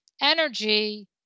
energy